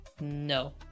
No